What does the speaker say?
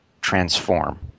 transform